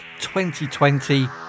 2020